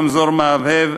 רמזור מהבהב,